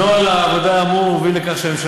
נוהל העבודה האמור הביא לכך שהממשלה